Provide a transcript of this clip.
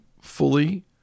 fully